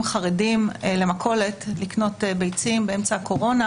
חרדים למכולת לקנות ביצים באמצע הקורונה,